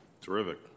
Terrific